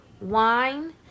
wine